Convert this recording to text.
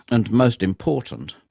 and most important,